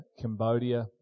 Cambodia